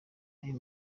aya